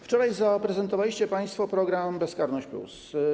Wczoraj zaprezentowaliście państwo program bezkarność+.